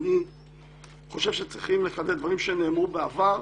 אני חושב שצריכים לחדד דברים שנאמרו בעבר.